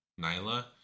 Nyla